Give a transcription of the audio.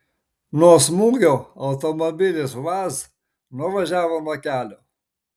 nuo smūgio automobilis vaz nuvažiavo nuo kelio